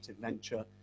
venture